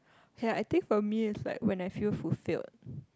okay I think for me it's like when I feel fulfilled